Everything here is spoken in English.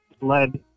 led